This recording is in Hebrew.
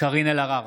קארין אלהרר,